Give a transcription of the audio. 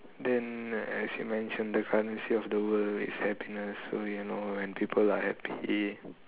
then as you mention the currency of the world is happiness so you know when people are happy